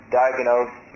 diagnose